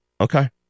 Okay